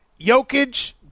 Jokic